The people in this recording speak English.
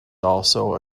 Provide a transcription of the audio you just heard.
also